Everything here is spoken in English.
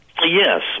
Yes